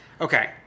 Okay